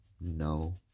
no